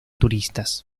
turistas